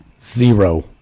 Zero